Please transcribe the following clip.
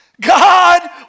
God